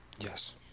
Yes